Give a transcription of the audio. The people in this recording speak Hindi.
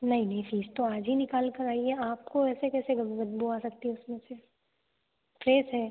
नहीं नहीं फ़िश तो आज ही निकालकर आई है आपको ऐसे कैसे बदबू आ सकती है उसमें से फ्रेस है